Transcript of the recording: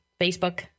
Facebook